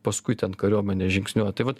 paskui ten kariuomenė žingsniuoja tai vat